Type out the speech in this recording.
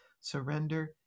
surrender